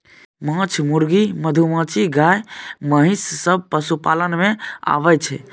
माछ, मुर्गी, मधुमाछी, गाय, महिष सब पशुपालन मे आबय छै